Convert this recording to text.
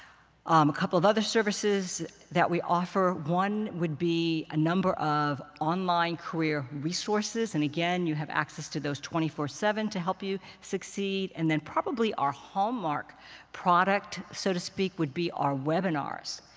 um a couple of other services that we offer one would be a number of online career resources. and again, you have access to those twenty four seven to help you succeed. and then probably our hallmark product, so to speak, would be our webinars.